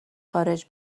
خارج